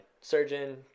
surgeon